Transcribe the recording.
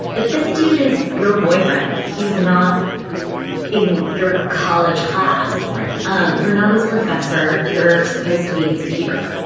but this dude is your boyfriend. he is not in your college class, right. um you're not his professor you're supposed to be his peer.